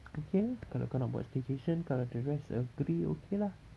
okay ah kalau kau nak buat staycation kalau the rest agree okay lah